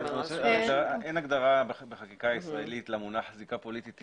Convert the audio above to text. אין הגדרה בחקיקה הישראלית למונח זיקה פוליטית,